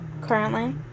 currently